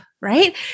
right